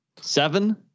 seven